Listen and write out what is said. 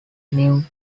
new